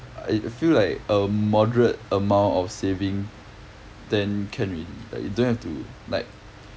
I feel like a moderate amount of saving then can already like you don't have to like